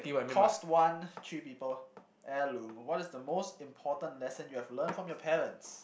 cost one three people heirloom what is the most important lesson that you have learn from your parents